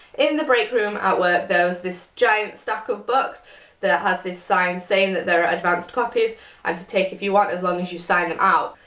in the break room at work there was this giant stack of books that has this sign saying that there are advanced copies and to take if you want as long as you sign out.